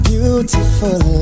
Beautiful